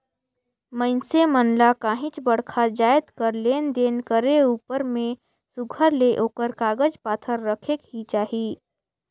मइनसे मन ल काहींच बड़खा जाएत कर लेन देन करे उपर में सुग्घर ले ओकर कागज पाथर रखेक ही चाही